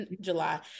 july